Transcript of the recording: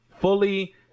fully